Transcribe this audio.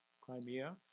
Crimea